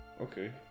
okay